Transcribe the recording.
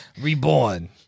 reborn